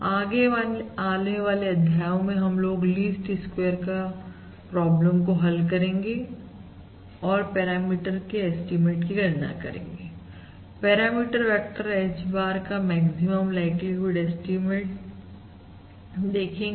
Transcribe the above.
आगे आने वाले अध्यायओं में हम लोग लीस्ट स्क्वेयर का प्रॉब्लम को हल करेंगे और पैरामीटर के एस्टीमेट की गणना करेंगे पैरामीटर वेक्टर H bar का मैक्सिमम लाइक्लीहुड एस्टीमेट करेंगे